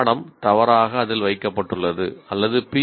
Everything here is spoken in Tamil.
பாடம் தவறாக அதில் வைக்கப்பட்டுள்ளது அல்லது பி